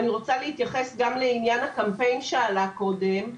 אני רוצה להתייחס גם לעניין הקמפיין שעלה קודם.